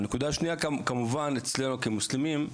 הנקודה השנייה, כמובן, אצלנו כמוסלמים,